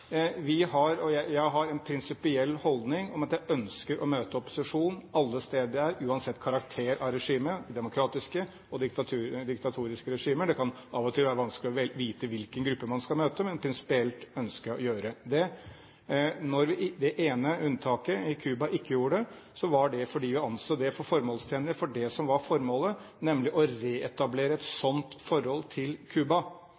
Jeg har en prinsipiell holdning om at jeg ønsker å møte opposisjonen alle steder jeg er, uansett karakter av regime, demokratiske og diktatoriske regimer – det kan av og til være vanskelig å vite hvilken gruppe man skal møte, men prinsipielt ønsker jeg å gjøre det. Når vi ved det ene unntaket på Cuba ikke gjorde det, var det fordi vi anså det for formålstjenlig for det som var formålet, nemlig å reetablere et